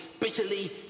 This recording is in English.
bitterly